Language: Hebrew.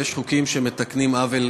ויש חוקים שמתקנים עוול,